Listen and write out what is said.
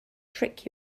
trick